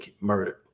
murdered